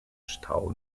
stau